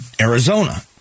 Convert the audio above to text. Arizona